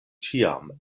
ĉiam